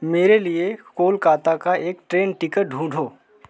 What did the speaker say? मेरे लिए कलकत्ता का एक ट्रेन टिकट ढूंढो